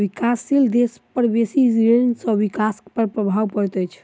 विकासशील देश पर बेसी ऋण सॅ विकास पर प्रभाव पड़ैत अछि